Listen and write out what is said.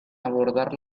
abordar